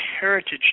Heritage